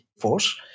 force